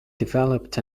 developed